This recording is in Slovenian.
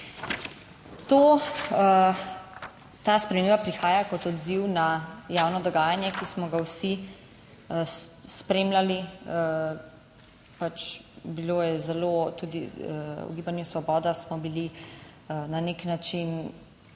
Ta sprememba prihaja kot odziv na javno dogajanje, ki smo ga vsi spremljali. Pač, bilo je zelo, tudi v Gibanju Svoboda smo bili na neki način